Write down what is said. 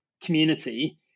community